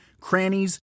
crannies